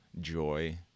joy